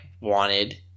wanted